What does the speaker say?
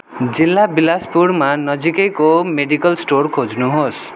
जिल्ला बिलासपुरमा नजिकैको मेडिकल स्टोर खोज्नुहोस्